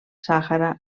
sàhara